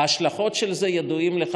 ההשלכות של זה ידועות לך